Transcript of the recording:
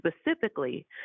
specifically